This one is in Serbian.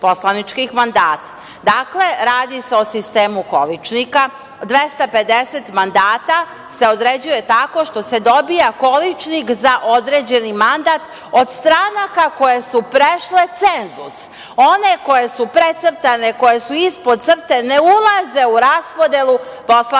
poslaničkih mandata. Dakle, radi se o sistemu količnika, 250 mandata se određuje tako što se dobija količnik za određeni mandat od stranaka koje su prešle cenzus. One koje su precrtane, koje su ispod crte ne ulaze u raspodelu poslaničkih mandata.